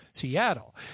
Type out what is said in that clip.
Seattle